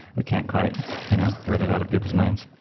we can't quite you know rid it out of people's minds.